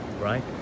right